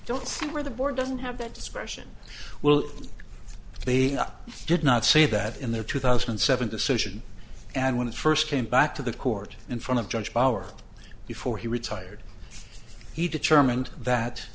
don't know where the board doesn't have that discretion will they did not say that in their two thousand and seven decision and when it first came back to the court in front of judge power before he retired he determined that